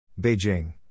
Beijing